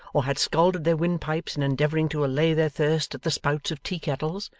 or had scalded their windpipes in endeavouring to allay their thirst at the spouts of tea-kettles,